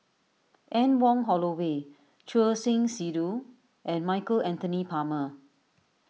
Anne Wong Holloway Choor Singh Sidhu and Michael Anthony Palmer